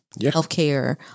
healthcare